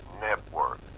Network